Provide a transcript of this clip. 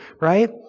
right